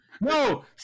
no